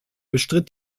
bestritt